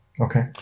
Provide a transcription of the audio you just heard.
Okay